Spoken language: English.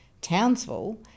Townsville